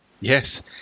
Yes